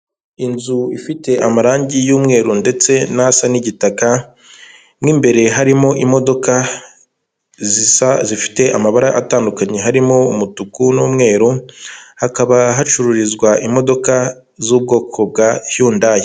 Inzu ifite amarangi y'umweru ndetse n'asa n'igitaka nk'imbere harimo imodoka zisa zifite amabara atandukanye harimo umutuku n'umweru hakaba hacururizwa imodoka z'ubwoko bwa Yundayi.